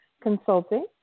Consulting